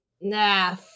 Nah